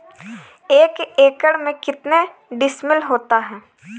एक एकड़ में कितने डिसमिल होता है?